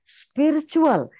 spiritual